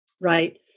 right